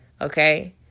Okay